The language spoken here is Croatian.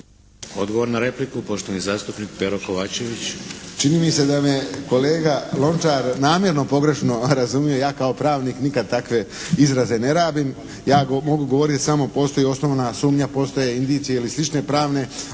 Odgovor na repliku, poštovani zastupnik Pero Kovačević. **Kovačević, Pero (HSP)** Čini mi se da me kolega Lončar namjerno pogrešno razumio, ja kao pravnik nikad takve izraze ne rabim. Ja mogu govoriti samo postoji osnovana sumnja, postoje indicije ili slični pravni